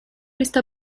está